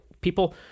people